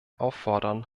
auffordern